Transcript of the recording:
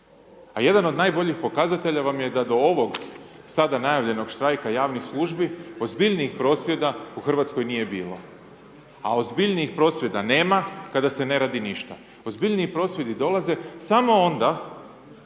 A jedan od najboljih pokazatelja vam je, da do ovog sada najavljenog štrajka javnih služi, ozbiljnijih prosvjeda u Hrvatskoj nije bilo. A ozbiljnijih prosvjeda nema kada se ne radi ništa. Ozbiljniji prosvjedi dolaze samo onda